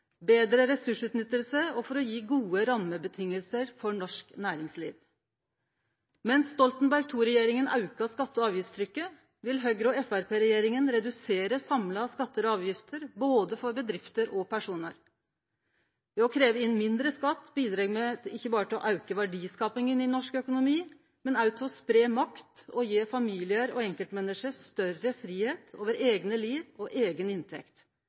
betre ressursutnytting og gode rammevilkår for norsk næringsliv. Mens Stoltenberg II-regjeringa auka skatte- og avgiftstrykket, vil Høgre–Framstegsparti-regjeringa redusere samla skattar og avgifter, for både bedrifter og personar. Ved å krevje inn mindre skatt bidreg me ikkje berre til å auke verdiskapinga i norsk økonomi, men òg til å spreie makt og gi familiar og enkeltmenneske større fridom over eigne liv og eiga inntekt.